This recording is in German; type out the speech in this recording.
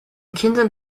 kindern